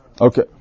Okay